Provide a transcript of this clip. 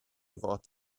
fod